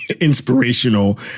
inspirational